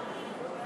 נא לשבת.